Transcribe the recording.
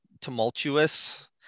tumultuous